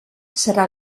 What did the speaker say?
serà